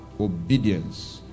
obedience